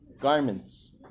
garments